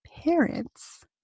parents